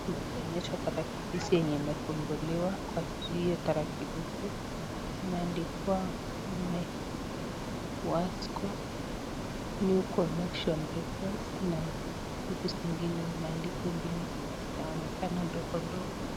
Tumeonyeshwa tarakilishi yenye imefunguliwa, kwa juu ya tarakilishi imeandikwa Muwasco new connection request na vitu zingine imeandikwa zingine zenye hazijaonekana ndogo ndogo.